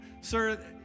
sir